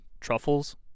truffles